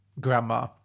grandma